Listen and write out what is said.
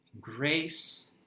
grace